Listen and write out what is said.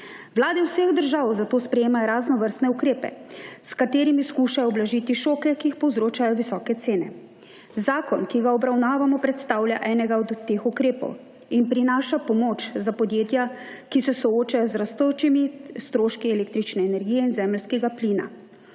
Vladi vseh držav, zato sprejemajo raznovrstne ukrepe, s katerimi poskušajo ublažiti šoke, ki jih povzročajo visoke cene. Zakon, ki ga obravnavamo predstavlja enega od teh ukrepov in prinaša pomoč za podjetja, ki se soočajo z rastočimi stroški električne energije in zemeljskega plina.